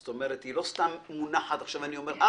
זאת אומרת, היא לא סתם מונחת ועכשיו אני אומר.